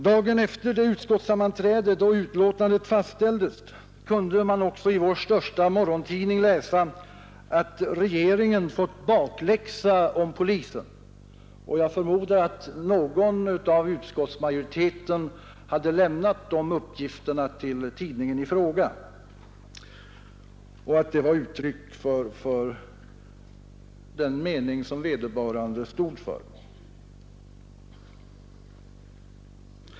Dagen efter det utskottssammanträde då betänkandet fastställdes kunde man också i vår största morgontidning läsa att regeringen fått bakläxa om polisen, och jag förmodar att någon inom utskottsmajoriteten hade lämnat den uppgiften till tidningen i fråga och att den var uttryck för den mening som vederbörande stod för.